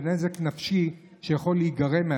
ונזק נפשי שיכול להיגרם.